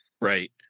Right